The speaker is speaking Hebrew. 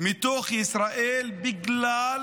מתוך ישראל, בגלל